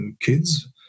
kids